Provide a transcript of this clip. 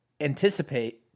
anticipate